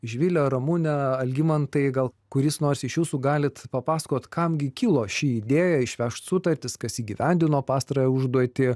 živilė ramune algimantai gal kuris nors iš jūsų galit papasakot kam gi kilo ši idėja išvežt sutartis kas įgyvendino pastarąją užduotį